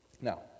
Now